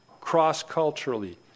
cross-culturally